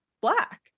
black